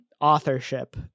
authorship